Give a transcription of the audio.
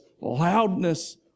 loudness